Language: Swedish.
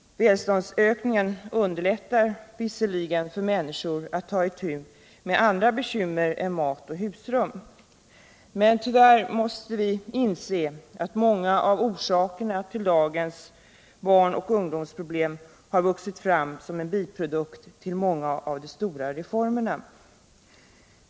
Välståndsökningen underlättar visserligen för människor att ta itu med andra bekymmer än mat och husrum. Men tyvärr måste vi inse att många av orsakerna till dagens barnoch ungdomsproblem har vuxit fram som en biprodukt till många av de stora reformerna.